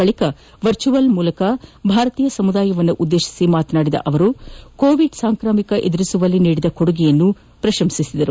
ಬಳಿಕ ವರ್ಚುವಲ್ ಮೂಲಕ ಭಾರತೀಯ ಸಮುದಾಯವನ್ನುದ್ದೇಶಿಸಿ ಮಾತನಾಡಿದ ಸಚಿವರು ಕೋವಿಡ್ ಸಾಂಕ್ರಾಮಿಕ ಎದುರಿಸುವಲ್ಲಿ ನೀಡಿದ ಕೊಡುಗೆಯನ್ನು ಪ್ರಶಂಸಿಸಿದರು